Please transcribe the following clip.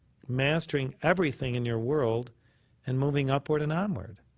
mastering everything in your world and moving upward and onward.